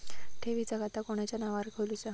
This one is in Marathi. ठेवीचा खाता कोणाच्या नावार खोलूचा?